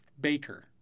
Baker